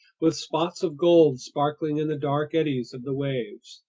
with spots of gold sparkling in the dark eddies of the waves.